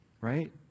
right